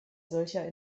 solcher